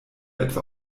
etwa